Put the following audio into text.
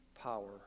power